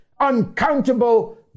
uncountable